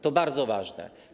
To bardzo ważne.